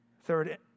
Third